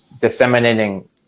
disseminating